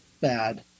bad